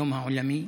היום העולמי.